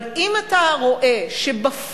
אבל אם אתה רואה שבפועל,